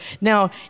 Now